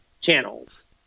channels